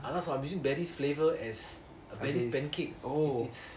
அதன் சொல்றன்:athan solran I'm using berries flavour as berries pancakes